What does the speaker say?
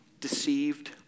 deceived